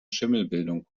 schimmelbildung